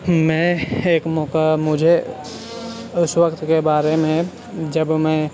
میں ایک موقع مجھے اس وقت کے بارے میں جب میں